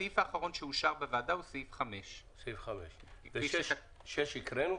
הסעיף האחרון שאושר בוועדה הוא סעיף 5. סעיף 5. סעיף 6 הקראנו?